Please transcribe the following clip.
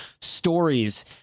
stories